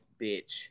bitch